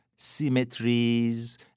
symmetries